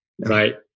right